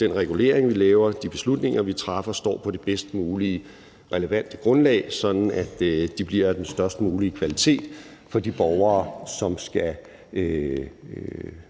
den regulering, vi laver, og de beslutninger, vi træffer, står på det bedst mulige relevante lovgrundlag, så de bliver af den størst mulige kvalitet for de borgere, som skal